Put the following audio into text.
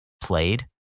played